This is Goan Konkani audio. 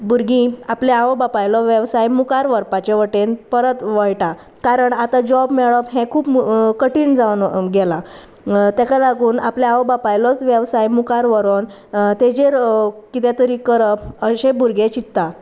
भुरगीं आपल्या आवय बापायलो वेवसाय मुखार व्हरपाचे वटेन परत वळटा कारण आतां जॉब मेळप हें खूब कठीण जावन गेलां ताका लागून आपल्या आवय बापायलोच वेवसाय मुखार व्हरून ताचेर कितें तरी करप अशें भुरगे चिंतता